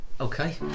okay